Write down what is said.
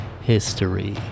history